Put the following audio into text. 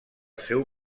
seu